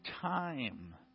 time